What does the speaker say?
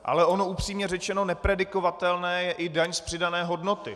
Ale ono, upřímně řečeno, nepredikovatelná je i daň z přidané hodnoty.